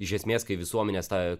iš esmės kai visuomenės ta